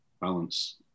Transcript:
balance